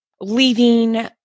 leaving